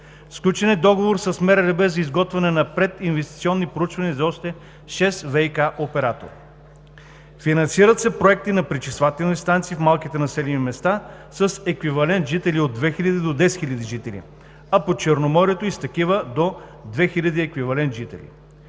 благоустройството за изготвяне на прединвестиционни проучвания за още шест ВиК оператора. Финансират се проекти на пречиствателни станции в малките населени места с еквивалент от 2000 до 10 000 жители, а по Черноморието – и с такива до 2000 еквивалент жители.